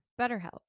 BetterHelp